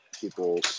people